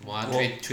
我